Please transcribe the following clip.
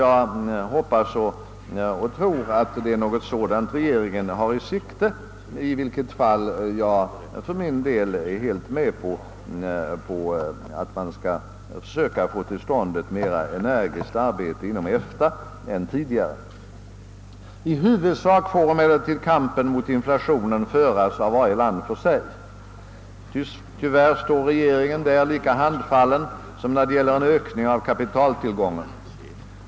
Jag hoppas och tror att det är något sådant regeringen har i sikte; i vilket fall är jag för min del helt med på att man skall försöka få till stånd ett mera energiskt arbete i denna riktning inom EFTA än tidigare. I huvudsak får emellertid kampen mot inflationen föras av varje land för sig. Tyvärr står regeringen här lika handfallen som när det gäller en ökning av kapitaltillgången.